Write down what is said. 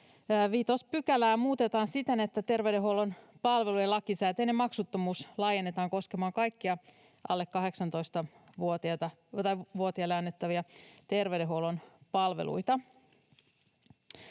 lain 5 §:ää muutetaan siten, että terveydenhuollon palvelujen lakisääteinen maksuttomuus laajennetaan koskemaan kaikkia alle 18-vuotiaille annettavia terveydenhuollon palveluita.